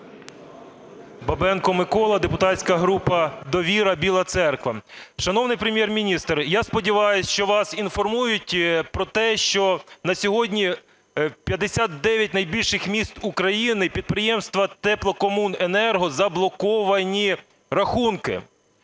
Бабенко Микола, депутатська група "Довіра", Біла Церква. Шановний Прем'єр-міністр, я сподіваюсь, що вас інформують про те, що на сьогодні в 59 найбільших міст України підприємствам теплокомуненерго заблоковані рахунки.